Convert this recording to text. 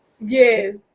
yes